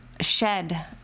shed